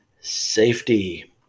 safety